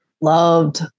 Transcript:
loved